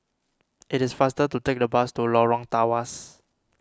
it is faster to take the bus to Lorong Tawas